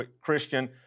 Christian